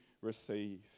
receive